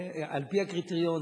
על-פי הקריטריון,